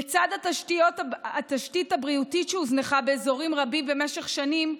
לצד התשתית הבריאותית שהוזנחה באזורים רבים במשך שנים,